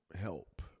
help